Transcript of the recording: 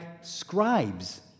scribes